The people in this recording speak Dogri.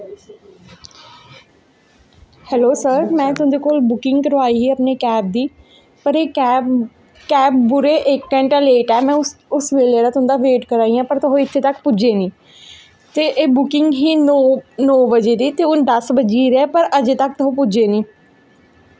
हैलो सर में तुं'दे कोल बुकिंग करवाई अपनी कैब दी सर एह् कैब कैब एह् पूरे इक घैंटा लेट ऐ में उस उस बेल्ले दा तुं'दा वेट करा दी आं पर तुस इत्थें तक पुज्जे निं ते एह् बुकिंग ही नौ नौ बज़े ते हून दस बज्जी गेदे पर अज़ें तक तुस पुज्जे निं